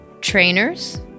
trainers